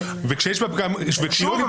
שיש בה פגם או שהיא לא נמצאת בכלל --- שוב,